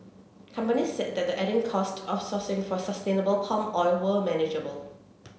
companies said the added costs of sourcing for sustainable palm oil were manageable